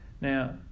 Now